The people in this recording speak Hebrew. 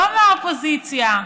לא מהאופוזיציה,